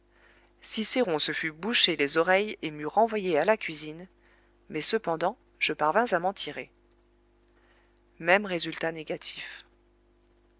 cicéron se fût bouché les oreilles et m'eût renvoyé à la cuisine mais cependant je parvins à m'en tirer même résultat négatif